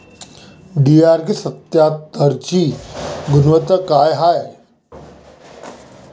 DRK सत्यात्तरची गुनवत्ता काय हाय?